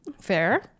Fair